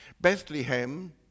Bethlehem